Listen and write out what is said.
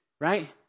Right